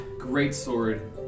greatsword